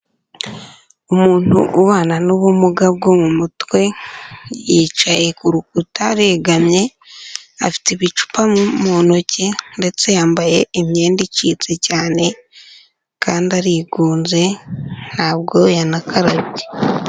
Umuntu ubana n'ubumuga bwo mu mutwe, yicaye ku rukuta aregamye, afite ibicupa mu ntoki, ndetse yambaye imyenda icitse cyane, kandi arigunze ntabwo yanakarabye.